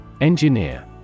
Engineer